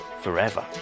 forever